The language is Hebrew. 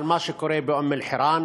על מה שקורה באום-אלחיראן.